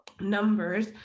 numbers